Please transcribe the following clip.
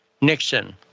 Nixon